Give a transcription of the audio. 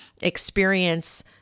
experience